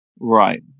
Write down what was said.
right